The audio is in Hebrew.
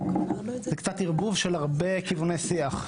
זה קצת ערבוב של הרבה כיווני שיח,